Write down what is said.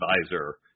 advisor